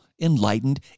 enlightened